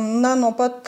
na nuo pat